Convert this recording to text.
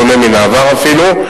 בשונה מן העבר אפילו.